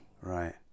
right